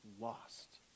lost